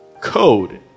code